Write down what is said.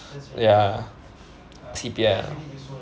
ya C_P_F